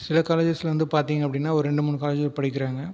சில காலேஜஸ்சில் வந்து பார்த்தீங்க அப்படினால் ஒரு ரெண்டு மூணு காலேஜ்ஜில் படிக்கிறாங்க